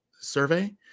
survey